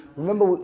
remember